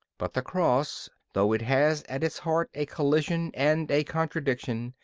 but the cross, though it has at its heart a collision and a contradiction,